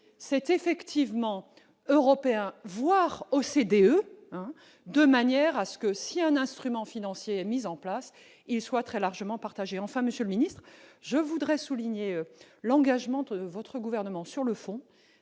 c'est effectivement européen voire OCDE hein, de manière à ce que si un instrument financier mis en place, il soit très largement partagé, enfin, Monsieur le Ministre, je voudrais souligner l'engagement de votre gouvernement, sur le fond,